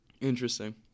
interesting